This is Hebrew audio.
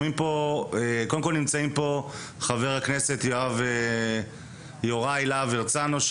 קודם כל נמצאים פה חבר הכנסת יוראי להב הרצנו,